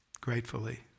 Gratefully